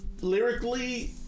lyrically